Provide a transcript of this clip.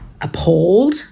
appalled